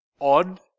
odd